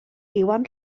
iwan